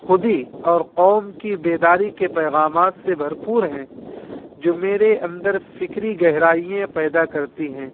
خودی اور قوم کی بیداری کے پیغامات سے بھرپور ہیں جو میرے اندر فکری گہرائییں پیدا کرتی ہیں